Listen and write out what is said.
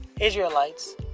Israelites